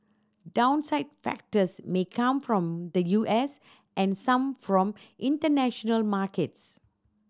downside factors may come from the U S and some from international markets